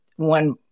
one